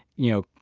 you know,